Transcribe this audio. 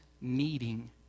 needing